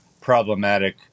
problematic